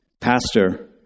pastor